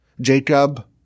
Jacob